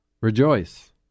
Rejoice